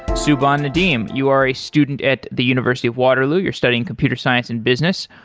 subhan nadeem, you are a student at the university of waterloo. you're studying computer science in business.